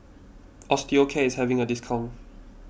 Osteocare is having a discount